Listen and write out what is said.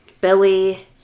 Billy